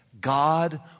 God